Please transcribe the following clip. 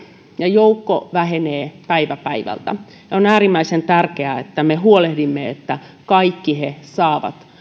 ja joukko vähenee päivä päivältä on äärimmäisen tärkeää että me huolehdimme että kaikki he saavat